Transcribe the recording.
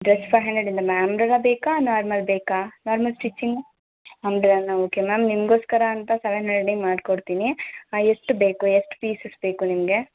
dress five ಹಂಡ್ರೆಡಿಂದನಾ umbrella ಬೇಕಾ normal ಬೇಕಾ ನಾರ್ಮಲ್ ಸ್ವಿಚಿಂಗ್ ಅಂಬ್ರೆಲನಾ ಓಕೆ ಮ್ಯಾಮ್ ನಿಮಗೋಸ್ಕರ ಅಂತ ಸವೆನ್ ಹಂಡ್ರೆಡಿಗೆ ಮಾಡಿಕೊಡ್ತೀನಿ ಎಷ್ಟು ಬೇಕು ಎಷ್ಟು ಪೀಸಸ್ ಬೇಕು ನಿಮಗೆ